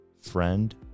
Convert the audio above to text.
friend